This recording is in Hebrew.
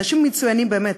אנשים מצוינים באמת,